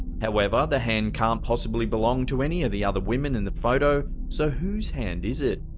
however, the hand can't possibly belong to any of the other women in the photo, so whose hand is it?